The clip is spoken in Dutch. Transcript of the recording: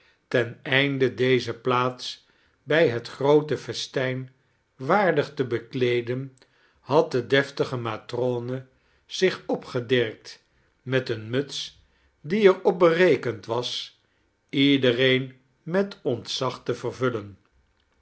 ten einde deze pliaats bij het groote festijn waardig te bekleeden had de deftdge matrone zich opgedirkt met eene muts die er op berekend was iedereein met ontzag te vervullen